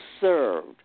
served